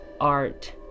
art